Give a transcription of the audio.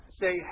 say